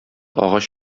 агач